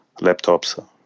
laptops